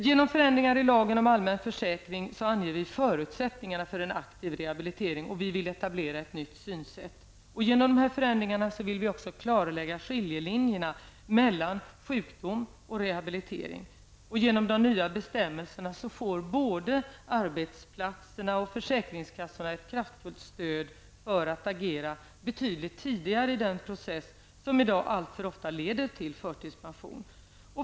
Genom förändringar i lagen om allmän försäkring anger vi förutsättningarna för en aktiv rehabilitering. Vi vill etablera ett nytt synsätt. Genom dessa förändringar vill vi också klarlägga skiljelinjerna mellan sjukdom och rehabilitering. Genom de nya bestämmelserna får både arbetsplatserna och försäkringskassorna ett kraftfullt stöd för att agera betydligt tidigare i den process som i dag alltför ofta leder till förtidspension.